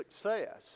success